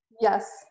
yes